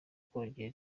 kongera